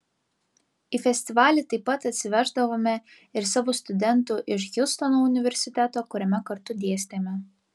į festivalį taip pat atsiveždavome ir savo studentų iš hjustono universiteto kuriame kartu dėstėme